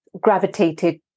gravitated